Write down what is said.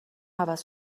عوض